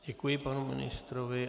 Děkuji panu ministrovi.